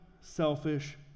selfish